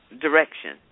direction